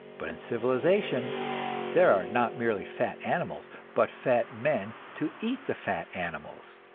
but in civilization there are not merely fat animals, but fat men to eat the fat animals.